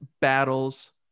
battles